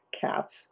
cats